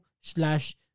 slash